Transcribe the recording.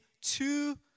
two